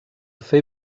fer